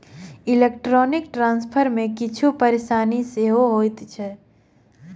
electronic transfer मे किछु परेशानी सेहो होइत अछि